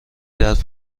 ظرف